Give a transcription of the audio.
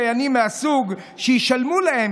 הצעת חוק הדיינים (תיקון מס' 29),